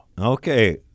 Okay